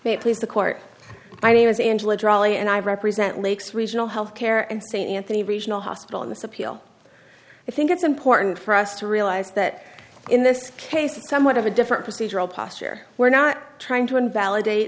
it please the court my name is angela dryly and i represent lakes regional health care and st anthony regional hospital in this appeal i think it's important for us to realize that in this case somewhat of a different procedural posture we're not trying to invalidate